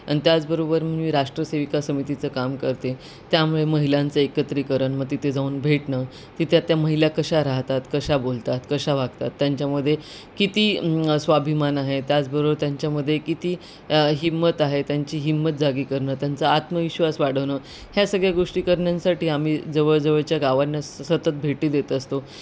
आणि त्याचबरोबर मी राष्ट्रसेविका समितीचं काम करते त्यामुळे महिलांचं एकत्रिकरण मग तिथे जाऊन भेटणं तिथे त्या महिला कशा राहतात कशा बोलतात कशा वागतात त्यांच्यामध्ये किती स्वाभिमान आहे त्याचबरोबर त्यांच्यामध्ये किती हिम्मत आहे त्यांची हिम्मत जागी करणं त्यांचा आत्मविश्वास वाढवणं ह्या सगळ्या गोष्टी करण्यासाठी आम्ही जवळजवळच्या गावांना सतत भेटी देत असतो